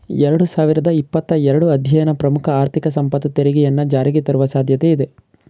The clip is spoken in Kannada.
ಎರಡು ಸಾವಿರದ ಇಪ್ಪತ್ತ ಎರಡು ಅಧ್ಯಯನ ಪ್ರಮುಖ ಆರ್ಥಿಕ ಸಂಪತ್ತು ತೆರಿಗೆಯನ್ನ ಜಾರಿಗೆತರುವ ಸಾಧ್ಯತೆ ಇದೆ